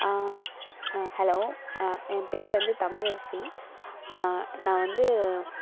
ஹான் hello என் பேர் வந்து தமிழரசி நான் வந்து